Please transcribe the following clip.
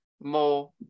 more